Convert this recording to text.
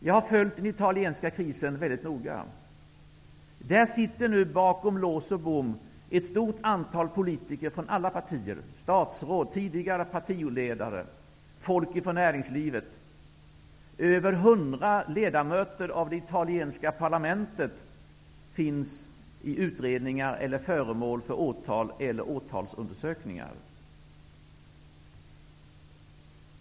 Jag har följt den italienska krisen mycket noga. Där sitter nu bakom lås och bom ett stort antal politiker från alla partier, statsråd, tidigare partiledare och folk från näringslivet. Över hundra ledamöter av det italienska parlamentet nämns i utredningar och är föremål för åtal eller åtalsundersökningar.